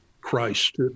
Christ